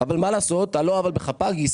היא לא בשלב שהיא מוכרת עדיין,